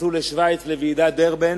שנסעו לשווייץ, לוועידת דרבן,